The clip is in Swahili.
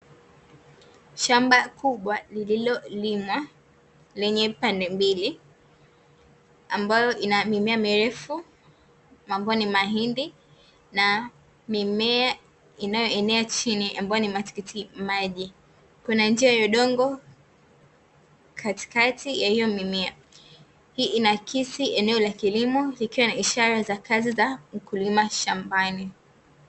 Shamba kubwa lililo limwa, lenye pande mbili, ambalo lina mimea mirefu ambayo ni mahindi, na mimea inayo enea chini ambayo ni matikiti maji, kunanjia ya udongo katikati ya hiyo mimea, hii inaakisi eneo la kilimo ikiwa ni ishara za harakati za mkulima shambani.